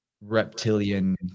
reptilian